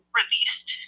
released